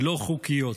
לא חוקיות.